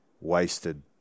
wasted